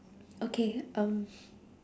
okay um